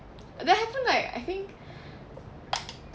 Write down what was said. that happened like I think